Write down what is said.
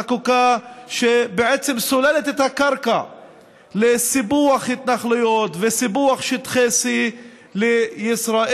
חקיקה שסוללת את הדרך לסיפוח התנחלויות וסיפוח שטחי C לישראל,